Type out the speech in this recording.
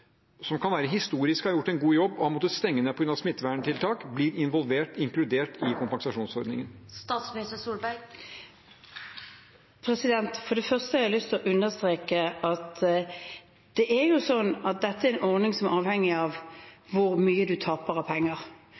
som kan være historiske og har gjort en god jobb, og som har måttet stenge ned på grunn av smitteverntiltak, blir involvert og inkludert i kompensasjonsordningen? For det første har jeg lyst til å understreke at dette er en ordning som er avhengig av hvor mye penger man taper. Man får mer penger